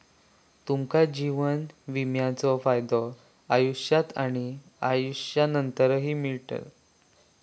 तुमका जीवन विम्याचे फायदे आयुष्यात आणि आयुष्यानंतरही मिळतले